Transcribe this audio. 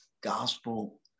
gospel